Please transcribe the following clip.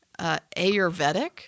Ayurvedic